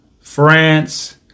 France